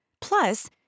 Plus